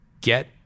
get